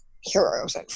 heroes